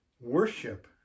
Worship